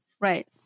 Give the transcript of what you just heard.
Right